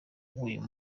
uyu